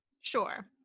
Sure